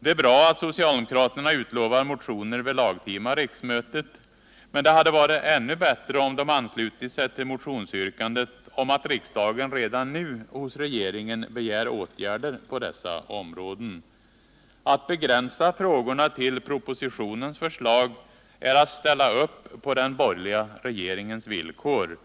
Det är bra att socialdemokraterna utlovar motioner vid det lagtima riksmötet, men det hade varit ännu bättre om de anslutit sig till motionsyrkandet om att riksdagen redan nu hos regeringen begär åtgärder på dessa områden. Att begränsa frågorna till propositionens förslag är att ställa upp på den borgerliga regeringens villkor.